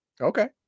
okay